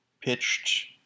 pitched